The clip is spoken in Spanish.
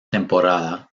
temporada